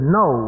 no